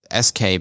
sk